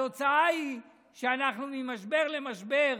התוצאה היא שאנחנו ממשבר למשבר.